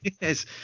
Yes